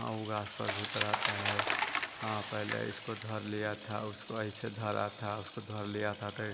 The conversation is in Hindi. हाँ वो घाँस पर भूत रहता है हाँ पहले इसको धर लिया था पहले इसको ऐसे धरा था उसको धर लिया था तो